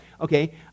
okay